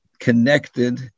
connected